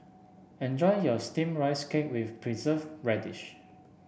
enjoy your steamed Rice Cake with Preserved Radish